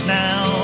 now